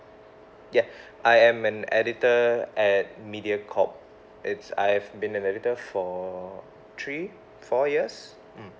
ya I am an editor at Mediacorp it's I've been an editor for three four years mm